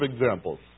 examples